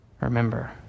remember